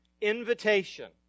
invitation